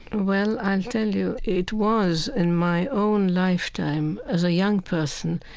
well, i'll tell you, it was in my own lifetime, as a young person,